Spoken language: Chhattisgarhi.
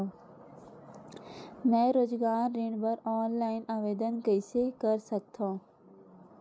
मैं रोजगार ऋण बर ऑनलाइन आवेदन कइसे कर सकथव?